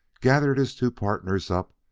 gathered his two partners up,